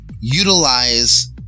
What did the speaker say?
Utilize